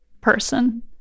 person